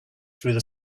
through